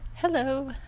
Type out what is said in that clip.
Hello